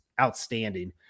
outstanding